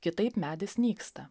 kitaip medis nyksta